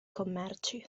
commerci